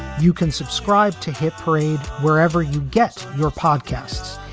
you can subscribe to hit parade wherever you get your podcasts.